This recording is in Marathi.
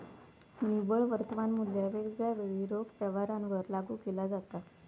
निव्वळ वर्तमान मुल्य वेगवेगळ्या वेळी रोख व्यवहारांवर लागू केला जाता